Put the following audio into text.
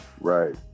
right